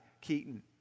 Keaton